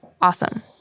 Awesome